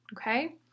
okay